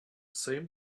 same